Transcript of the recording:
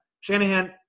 Shanahan